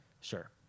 sure